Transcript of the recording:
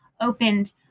opened